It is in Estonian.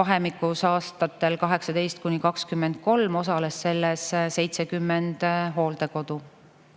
vahemikus aastatel 2018–2023 osales selles 70 hooldekodu.